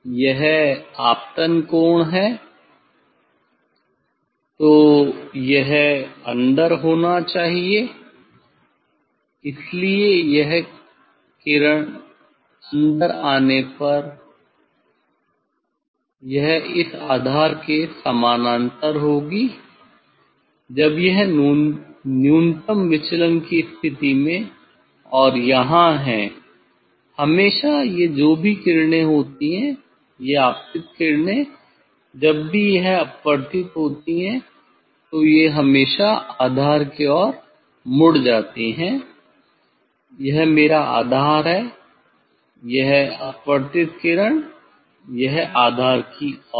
यह आपतन कोण है तो यह अंदर होना चाहिए इसलिए यह किरण अंदर आने पर यह इस आधार के समानांतर होगी जब यह न्यूनतम विचलन की स्थिति में और यहां है हमेशा ये जो भी किरणें होती हैं ये आपतित किरणें जब भी अपवर्तित होती है तो ये हमेशा आधार की ओर मुड़ जाती हैं यह मेरा आधार है यह अपवर्तित किरण यह आधार की ओर है